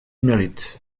mérite